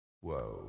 Whoa